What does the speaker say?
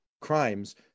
crimes